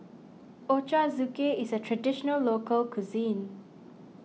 Ochazuke is a Traditional Local Cuisine